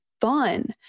fun